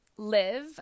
live